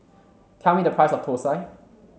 tell me the price of Thosai